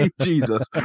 jesus